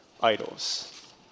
idols